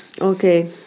Okay